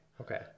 Okay